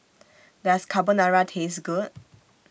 Does Carbonara Taste Good